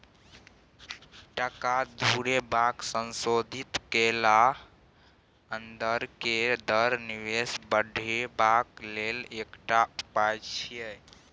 टका घुरेबाक संशोधित कैल अंदर के दर निवेश बढ़ेबाक लेल एकटा उपाय छिएय